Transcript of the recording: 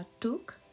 took